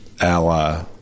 ally